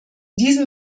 diesem